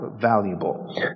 valuable